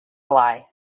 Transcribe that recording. lie